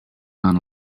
not